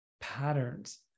patterns